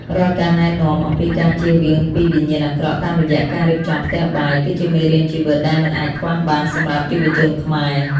រាល់ការណែនាំអំពីការជៀសវាងពីវិញ្ញាណអាក្រក់តាមរយៈការរៀបចំផ្ទះបាយ គឺជាមេរៀនជីវិតដែលមិនអាចខ្វះបានសម្រាប់យុវជនខ្មែរ។